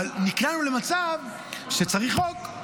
אבל נקלענו למצב שצריך חוק,